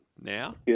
now